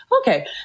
okay